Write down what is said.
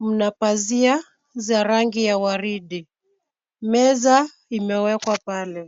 mna pazia za rangi ya waridi. Meza imewekwa pale.